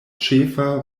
ĉefa